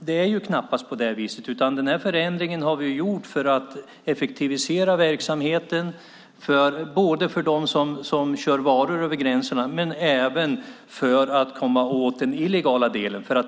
Det är knappast så. Förändringen har gjorts för att effektivisera verksamheten både för dem som kör varor över gränserna och för att komma åt den illegala delen.